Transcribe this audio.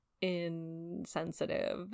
insensitive